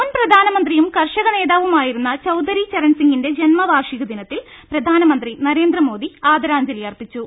മുൻ പ്രധാനമന്ത്രിയും കർഷക നേതാവുമായിരുന്ന ചൌധരി ചരൺസിംഗിന്റെ ജന്മവാർഷിക ദിനത്തിൽ പ്രധാനമന്ത്രി നരേന്ദ്ര മോദി ആദരാഞ്ജലിയർപ്പിച്ചു